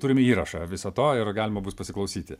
turim įrašą viso to ir galima bus pasiklausyti